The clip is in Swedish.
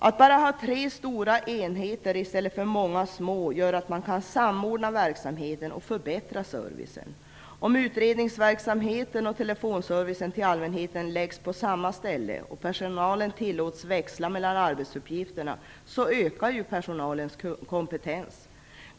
Att bara ha tre stora enheter i stället för många små gör att man kan samordna verksamheten och förbättra servicen. Om utredningsverksamheten och telefonservicen till allmänheten läggs på samma ställe och personalen tillåts växla mellan arbetsuppgifterna ökar ju personalens kompetens.